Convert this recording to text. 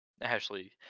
Ashley